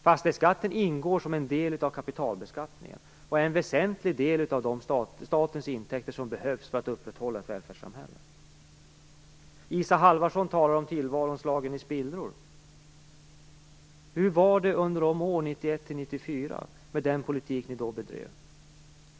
Fastighetsskatten ingår som en del av kapitalbeskattningen och är en väsentlig del av statens intäkter som behövs för att upprätthålla ett välfärdssamhälle. Isa Halvarsson talade om att tillvaron har slagits i spillror för många människor. Hur var det under de år, 1991-1994, med den politik som ni då bedrev?